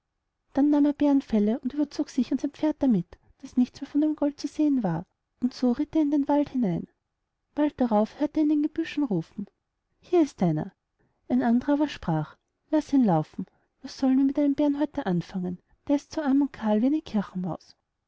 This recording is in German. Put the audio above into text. dann nahm er bärenfelle und überzog sich und sein pferd damit daß nichts mehr von gold zu sehen war und so ritt er in den wald hinein bald darauf hörte er in den gebüschen rufen hier ist einer ein anderer aber sprach laß ihn laufen was sollen wir mit dem bärenhäuter anfangen der ist so arm und kahl wie eine